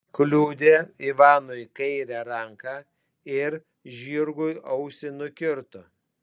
kliudė ivanui kairę ranką ir žirgui ausį nukirto